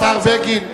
השר בגין,